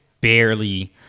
barely